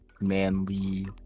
manly